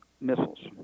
missiles